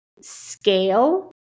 scale